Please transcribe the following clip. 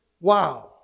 Wow